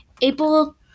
April